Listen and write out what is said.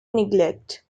neglect